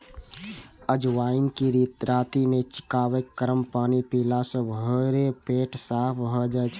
अजवाइन कें राति मे चिबाके गरम पानि पीला सं भोरे पेट साफ भए जाइ छै